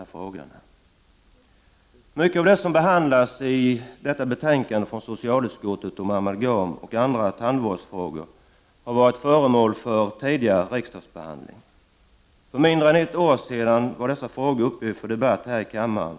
Mycket av det som behandlas i detta betänkande från socialutskottet om amalgam och andra tandvårdsfrågor har varit föremål för tidigare riksdagsbehandling. För mindre än ett år sedan var dessa frågor uppe till debatt här i kammaren.